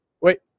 Wait